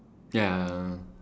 ya